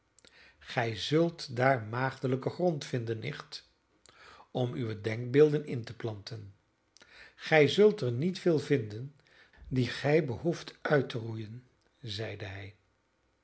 gij zult daar maagdelijken grond vinden nicht om uwe denkbeelden in te planten gij zult er niet veel vinden die gij behoeft uit te roeien zeide hij